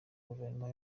guverinoma